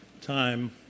time